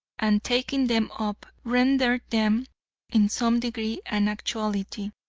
and, taking them up, render them in some degree an actuality.